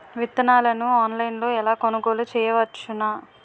విత్తనాలను ఆన్లైన్లో ఎలా కొనుగోలు చేయవచ్చున?